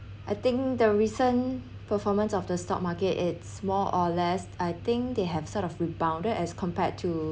I think the recent performance of the stock market it's more or less I think they have sort of rebounded as compared to